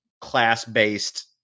class-based